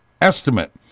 estimate